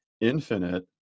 infinite